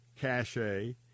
cachet